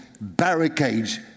barricades